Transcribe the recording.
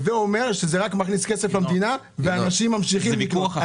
הווה אומר שזה רק מכניס כסף למדינה ואנשים ממשיכים להתקשות.